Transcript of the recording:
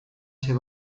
ser